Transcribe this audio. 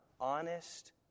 honest